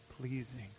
pleasing